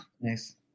Nice